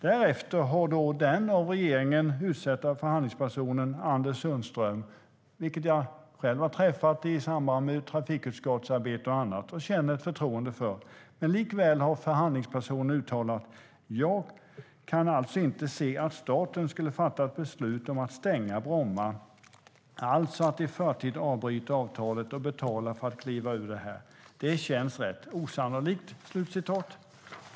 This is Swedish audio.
Därefter har den av regeringen utsedda förhandlingspersonen Anders Sundström, som jag har träffat i samband med arbetet i trafikutskottet och känner ett förtroende för, uttalat att han inte kan se att staten ska fatta beslut om att stänga Bromma alls och att i förtid bryta avtalet och betala för att kliva ur det. Det känns enligt honom rätt osannolikt.